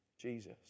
Jesus